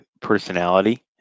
personality